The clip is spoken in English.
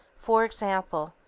for example,